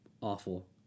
Awful